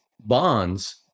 bonds